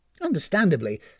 Understandably